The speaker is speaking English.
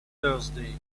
thursday